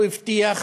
הוא הבטיח: